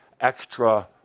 extra